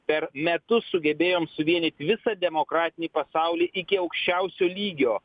per metus sugebėjom suvienyt visą demokratinį pasaulį iki aukščiausio lygio